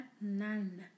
none